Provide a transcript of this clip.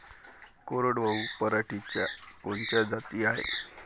कोरडवाहू पराटीच्या कोनच्या जाती हाये?